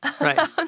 Right